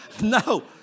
No